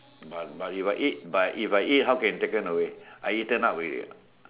but but if I ate but if I ate how can taken away I eaten up already what